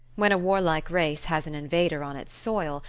when a warlike race has an invader on its soil,